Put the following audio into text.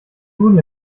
duden